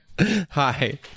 hi